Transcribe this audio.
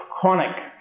chronic